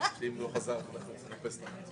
יחד עם זאת לאחר מאבק ממושך אנחנו לא רוצים למשוך את זה